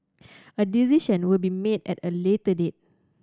a decision will be made at a later date